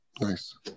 Nice